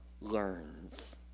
learns